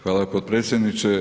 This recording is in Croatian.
Hvala potpredsjedniče.